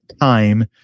time